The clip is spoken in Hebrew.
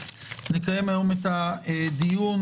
נקיים היום את הדיון.